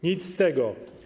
Nic z tego.